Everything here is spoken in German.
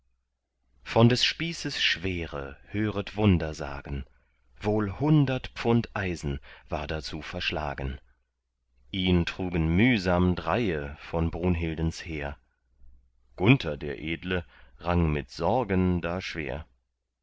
von des spießes schwere höret wunder sagen wohl hundert pfund eisen war dazu verschlagen ihn trugen mühsam dreie von brunhildens heer gunther der edle rang mit sorgen da schwer